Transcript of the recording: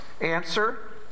Answer